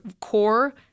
core